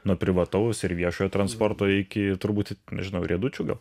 nuo privataus ir viešojo transporto iki turbūt nežinau riedučių gal